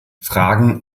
fragen